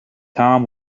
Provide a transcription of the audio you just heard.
tam